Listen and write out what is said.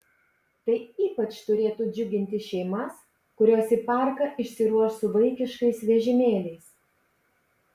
tai ypač turėtų džiuginti šeimas kurios į parką išsiruoš su vaikiškais vežimėliais